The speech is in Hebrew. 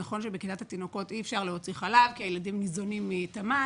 אז נכון שבכיתת התינוקות אי אפשר להוציא חלב כי הילדים ניזונים מתמ"ל,